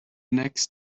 next